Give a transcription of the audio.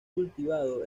cultivado